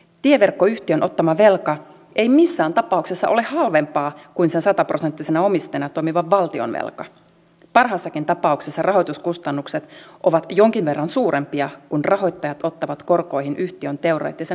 tieverkkoyhtiön ottama velka ei missään tapauksessa ole halvempaa kuin sen sataprosenttisena omistajana toimivan valtion velka ja parhaassakin tapauksessa rahoituskustannukset ovat jonkin verran suurempia kun rahoittajat ottavat korkoihin yhtiön teoreettisen maksukyvyttömyysriskin